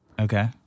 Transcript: okay